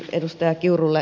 edustaja kiurulle